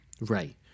Right